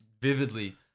vividly